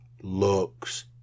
looks